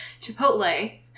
chipotle